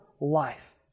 life